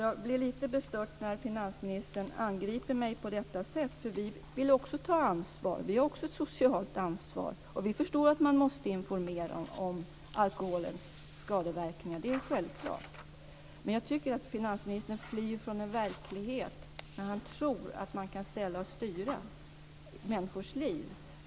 Jag blir därför lite bestört när finansministern angriper mig på detta sätt, eftersom vi också vill ta ansvar, vi har också ett socialt ansvar, och vi förstår att man måste informera om alkoholens skadeverkningar. Det är självklart. Men jag tycker att finansministern flyr från en verklighet när han tror att man kan ställa och styra människors liv.